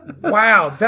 Wow